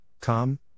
come